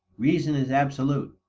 reason is absolute.